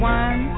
one